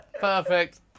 Perfect